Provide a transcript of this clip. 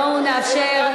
בואו נאפשר,